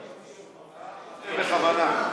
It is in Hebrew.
ומותר לי לקחת את יום החופשה הזה.